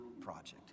project